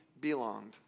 belonged